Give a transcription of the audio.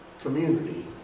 community